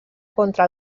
contra